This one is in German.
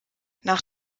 nach